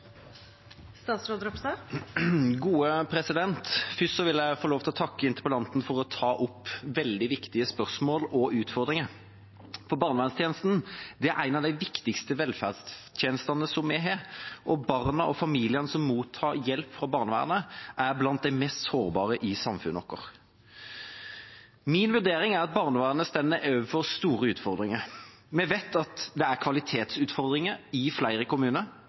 Først vil jeg få lov til å takke interpellanten for å ta opp veldig viktige spørsmål og utfordringer. Barnevernstjenesten er en av de viktigste velferdstjenestene vi har, og barna og familiene som mottar hjelp fra barnevernet, er blant de mest sårbare i samfunnet vårt. Min vurdering er at barnevernet står overfor store utfordringer. Vi vet at det er kvalitetsutfordringer i flere kommuner.